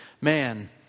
man